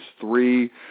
three